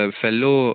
fellow